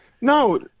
no